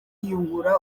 kwiyungura